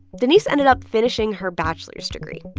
denise ended up finishing her bachelor's degree.